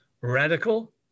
radical